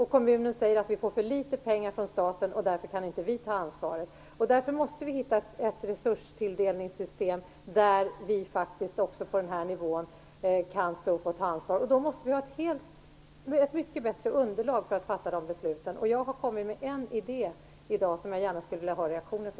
Och kommunerna säger att de får för litet pengar från staten och att de därför inte kan ta ansvaret för det. Därför måste vi hitta ett resurstilldelningssystem som innebär att vi på den här nivån kan stå upp och ta ansvar. Då måste vi ha ett mycket bättre underlag för att kunna fatta dessa beslut. Jag har kommit med en idé i dag som jag gärna skulle vilja ha reaktioner på.